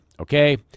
okay